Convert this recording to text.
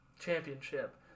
championship